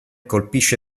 colpisce